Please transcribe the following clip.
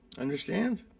Understand